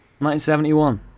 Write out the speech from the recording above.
1971